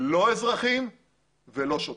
לא אזרחים ולא שוטרים.